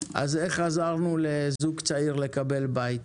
אז איך עזרנו לזוג צעיר לקבל בית?